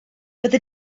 byddi